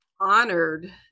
honored